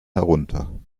herunter